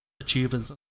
achievements